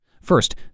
First